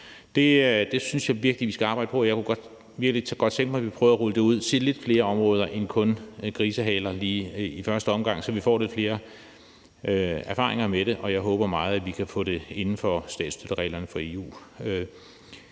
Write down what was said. Det synes jeg vi skal arbejde på, og jeg kunne virkelig godt tænke mig, at vi prøvede at rulle det ud til flere områderend kun området for grisehaler lige i første omgang, så vi får lidt flere erfaringer med det, og jeg håber meget, at vi kan få det gjort inden for statsstøttereglerne fra EU.